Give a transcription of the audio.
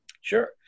Sure